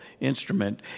instrument